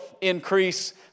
increase